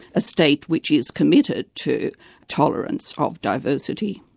a state which is committed to tolerance of diversity.